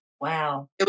Wow